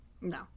No